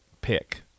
pick